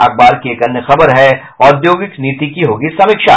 अखबार की एक अन्य खबर है औद्योगिक नीति की होगी समीक्षा